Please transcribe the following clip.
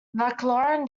mclaren